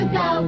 go